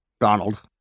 Donald